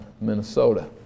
Minnesota